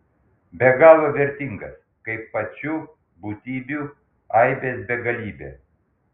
be galo vertingas kaip pačių būtybių aibės begalybė